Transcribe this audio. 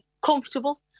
comfortable